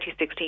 2016